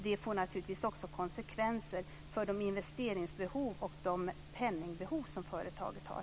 Det får naturligtvis också konsekvenser för de investeringsbehov och penningbehov som företaget har.